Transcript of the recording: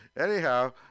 Anyhow